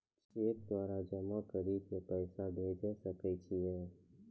Cheque द्वारा जमा करि के पैसा भेजै सकय छियै?